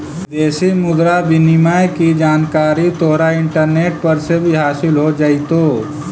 विदेशी मुद्रा विनिमय की जानकारी तोहरा इंटरनेट पर से भी हासील हो जाइतो